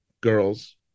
girls